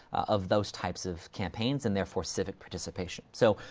of those types of campaigns, and therefore civic participation. so,